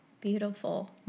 beautiful